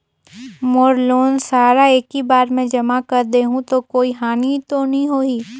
मोर loan सारा एकी बार मे जमा कर देहु तो कोई हानि तो नी होही?